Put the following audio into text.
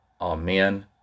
amen